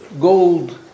gold